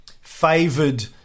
favored